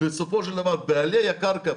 בסופו של דבר בעלי הקרקע,